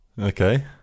okay